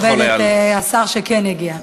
אבל נא לכבד את השר שכן הגיע.